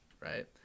right